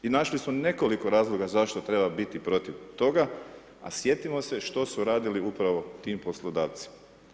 I našli su nekoliko razloga zašto treba biti protiv toga a sjetimo se što su radili upravo tim poslodavcima.